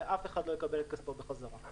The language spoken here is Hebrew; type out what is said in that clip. ואף אחד לא יקבל את כספו בחזרה.